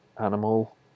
Animal